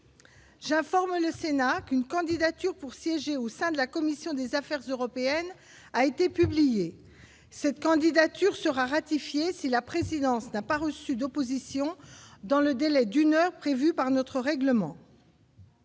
J'informe le Sénat qu'une candidature pour siéger au sein de la commission des affaires européennes a été publié cette candidature sera ratifié si la présidence n'a pas reçu d'opposition dans le délai d'une heure prévue par notre règlement.